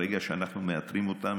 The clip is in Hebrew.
ברגע שאנחנו מאתרים אותם,